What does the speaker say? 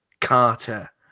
Carter